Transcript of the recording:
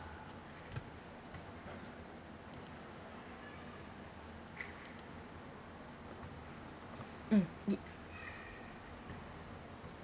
mm ya